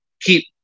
keep